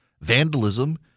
vandalism